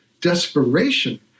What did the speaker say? desperation